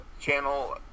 channel